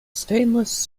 stainless